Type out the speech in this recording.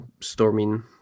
storming